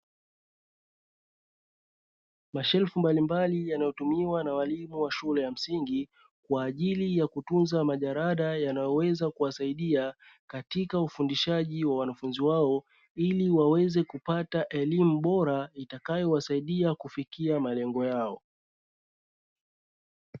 Mashelfu mbalimbali yanayotumiwa na walimu wa shule ya msingi kwa ajili ya kutunza majalada yanayoweza kuwasaida katika ufundishaji wa wanafunzi wao, ili waweze kupata elimu bora itakayo wasaidia kufikia malengo yao.